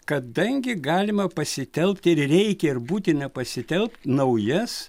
kadangi galima pasitelkt ir reikia ir būtina pasitelkt naujas